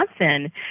Johnson